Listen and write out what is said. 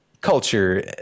culture